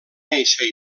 néixer